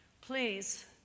Please